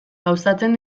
gauzatzen